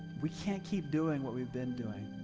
we can't keep doing what we've been doing.